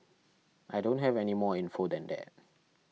I don't have any more info than that